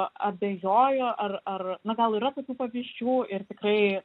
abejoju ar ar na gal yra tokių pavyzdžių ir tikrai